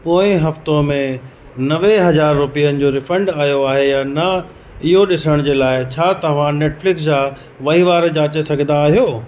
पोएं हफ़्तो में नवे हज़ारु रुपयनि जो रीफंड आयो आहे या न इहो ॾिसण लाइ छा तव्हां नेटफ्लिक्स जा वहिंवार जाचे सघंदा आहियो